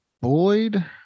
Boyd